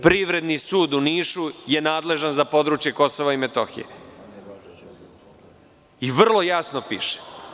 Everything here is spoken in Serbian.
Privredni sud u Nišu je nadležan za područje KiM i vrlo jasno piše.